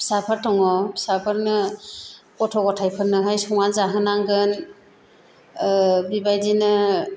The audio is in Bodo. फिसाफोर दंङ फिसाफोरनो गथ' गथायफोरनोहाय संना जाहोनांगोन बिबायदिनो